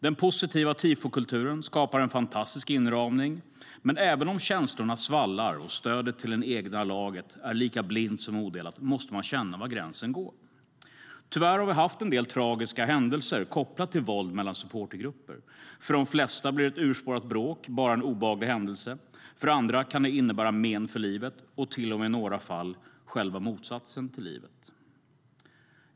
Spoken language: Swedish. Den positiva tifokulturen skapar en fantastisk inramning, men även om känslorna svallar och stödet till det egna laget är lika blint som odelat måste man känna var gränsen går. Tyvärr har vi haft en del tragiska händelser kopplade till våld mellan supportergrupper. För de flesta blir ett urspårat bråk bara en obehaglig händelse, för andra kan det innebära men för livet och i några fall till och med själva motsatsen till livet.